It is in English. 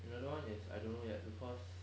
another one is I don't know yet because